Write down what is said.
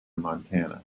montana